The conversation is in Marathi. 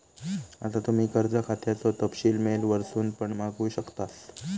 आता तुम्ही कर्ज खात्याचो तपशील मेल वरसून पण मागवू शकतास